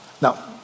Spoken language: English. Now